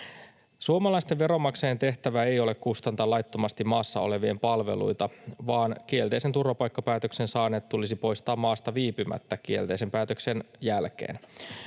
Suomalaisten veronmaksajien tehtävä ei ole kustantaa laittomasti maassa olevien palveluita, vaan kielteisen turvapaikkapäätöksen saaneet tulisi poistaa maasta viipymättä kielteisen päätöksen jälkeen,